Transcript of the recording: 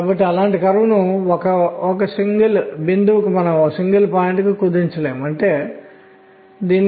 కాబట్టి Lz ని సూచించే వివిధ m ల ప్రకారం అయస్కాంత క్షేత్రం B ని వర్తింపజేస్తే